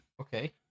okay